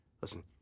Listen